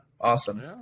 Awesome